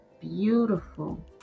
beautiful